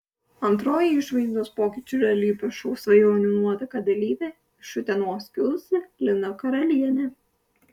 antroji išvaizdos pokyčių realybės šou svajonių nuotaka dalyvė iš utenos kilusi lina karalienė